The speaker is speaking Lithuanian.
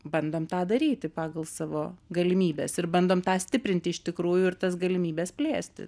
bandom tą daryti pagal savo galimybes ir bandom tą stiprinti iš tikrųjų ir tas galimybes plėsti